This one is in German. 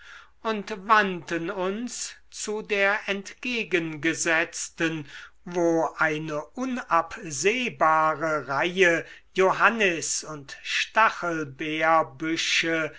und wandten uns zu der entgegengesetzten wo eine unabsehbare reihe johannis und